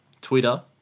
Twitter